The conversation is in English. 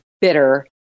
bitter